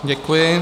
Děkuji.